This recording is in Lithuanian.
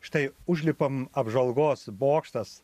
štai užlipam apžvalgos bokštas